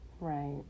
Right